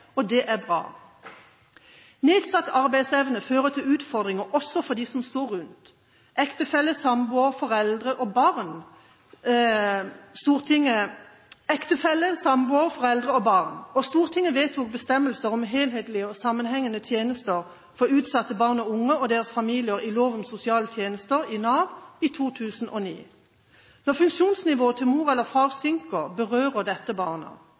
arbeid. Det er bra. Nedsatt arbeidsevne fører til utfordringer også for dem som står rundt, ektefelle, samboer, foreldre og barn. Stortinget vedtok bestemmelser om helhetlige og sammenhengende tjenester for utsatte barn og unge og deres familier i lov om sosiale tjenester i Nav i 2009. Når funksjonsnivået til mor eller far synker, berører dette